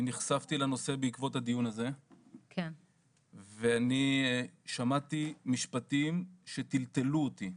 אני נחשפתי לנושא בעקבות הדיון הזה ואני שמעתי משפטים שטלטלו אותי.